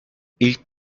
i̇lk